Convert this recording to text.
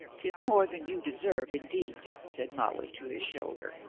tis more than you deserve, indeed, said molly to his shoulder.